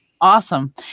Awesome